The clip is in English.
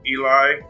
Eli